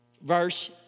Verse